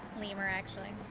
lemur, actually.